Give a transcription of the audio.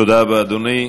תודה רבה, אדוני.